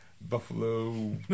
Buffalo